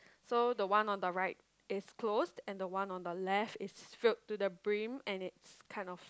so the one on the right is closed and the one on the left is filled to the brim and it's kind of